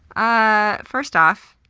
ah first off,